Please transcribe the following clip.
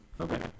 Okay